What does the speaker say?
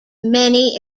many